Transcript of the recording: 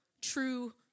true